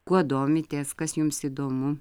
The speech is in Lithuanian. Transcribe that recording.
kuo domitės kas jums įdomu